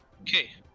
okay